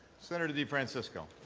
senator defrancisco.